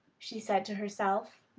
she said to herself.